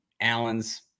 Allen's